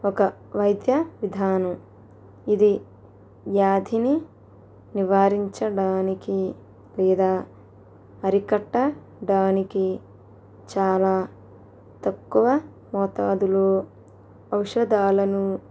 ఒక వైద్య విధానం ఇది వ్యాధిని నివారించడానికి లేదా అరికట్టడానికి చాలా తక్కువ మోతాజులో ఔషధాలను